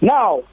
Now